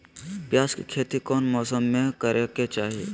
प्याज के खेती कौन मौसम में करे के चाही?